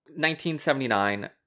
1979